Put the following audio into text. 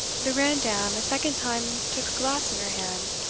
the grandame a second time took a glass in her hand,